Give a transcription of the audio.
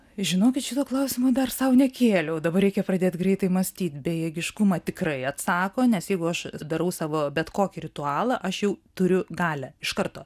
žinokit šito klausimo dar sau nekėliau dabar reikia pradėt greitai mąstyt bejėgiškumą tikrai atsako nes jeigu aš darau savo bet kokį ritualą aš jau turiu galią iš karto